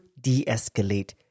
de-escalate